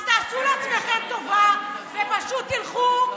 אז תעשו לעצמכם טובה ופשוט תלכו,